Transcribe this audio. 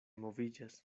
moviĝas